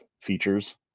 features